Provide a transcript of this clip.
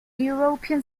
european